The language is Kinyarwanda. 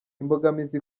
imbogamizi